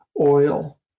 oil